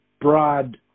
broad